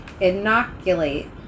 Inoculate